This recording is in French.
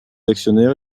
actionnaires